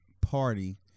party